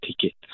ticket